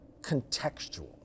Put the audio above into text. contextual